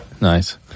Nice